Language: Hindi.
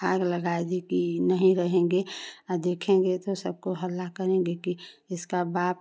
आग लगा दी कि नहीं रहेंगे और देखेंगे तो सबको हल्ला करेंगे कि इसका बाप